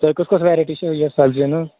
تۄہہِ کُس کُس ویرایٹی چھ یہ سبزیَن ہنٛز